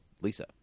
Lisa